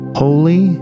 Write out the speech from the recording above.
holy